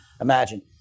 imagine